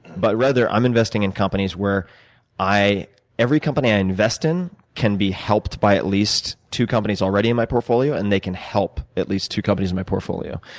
but rather, i'm investing in companies where i every company i invest in can be helped by at least two companies already, in my portfolio, and they can help at least two companies in my portfolio.